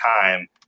time